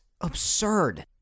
absurd